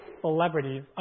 celebrities